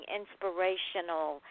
inspirational